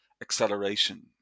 acceleration